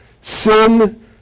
sin